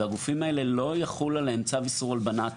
ועל הגופים האלה לא יחול צו איסור הלבנת